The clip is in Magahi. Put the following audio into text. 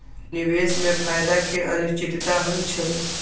निवेश में फायदा के अनिश्चितता होइ छइ